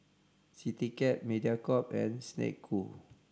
Citycab Mediacorp and Snek Ku